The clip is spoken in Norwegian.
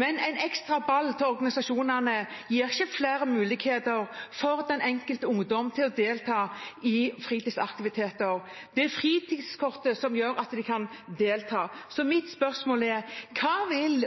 Men en ekstra ball til organisasjonene gir ikke flere muligheter for den enkelte ungdom til å delta i fritidsaktiviteter. Det er fritidskortet som gjør at de kan delta. Så mitt spørsmål er: Hva vil